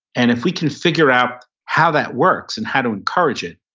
and if we can figure out how that works and how to encourage it,